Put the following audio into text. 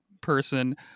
person